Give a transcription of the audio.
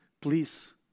Please